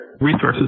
resources